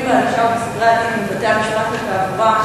בענישה ובסדרי-הדין בבתי-המשפט לתעבורה,